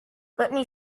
britney